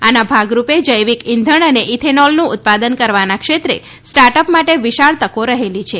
આના ભાગરૂપે જૈવિક ઈંધણ અને ઈથેનોલનું ઉત્પાદન કરવાના ક્ષેત્રે સ્ટાર્ટઅપ માટે વિશાળ તકો રહેલી છે